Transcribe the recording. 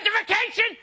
identification